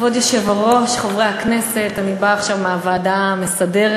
פעם שנייה מאז שהכנסת התכנסה,